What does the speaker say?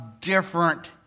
different